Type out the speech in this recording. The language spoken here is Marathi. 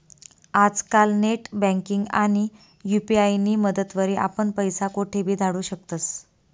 आजकाल नेटबँकिंग आणि यु.पी.आय नी मदतवरी आपण पैसा कोठेबी धाडू शकतस